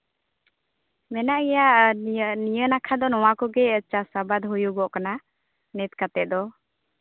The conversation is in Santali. ᱢᱮᱱᱟᱜ ᱜᱮᱭᱟ ᱟᱨ ᱱᱤᱭᱟᱹ ᱱᱟᱠᱷᱟ ᱫᱚ ᱱᱚᱣᱟ ᱠᱚᱜᱮ ᱪᱟᱥ ᱟᱵᱟᱫ ᱦᱩᱭᱩᱜᱚᱜ ᱠᱟᱱᱟ ᱱᱤᱛ ᱠᱟᱛᱮ ᱫᱚ